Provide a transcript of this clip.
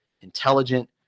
intelligent